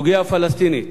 הסוגיה הפלסטינית,